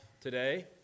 today